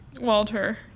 Walter